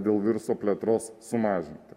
dėl viruso plėtros sumažinti